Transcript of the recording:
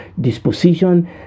disposition